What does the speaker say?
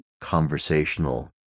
conversational